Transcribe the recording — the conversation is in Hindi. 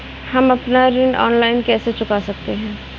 हम अपना ऋण ऑनलाइन कैसे चुका सकते हैं?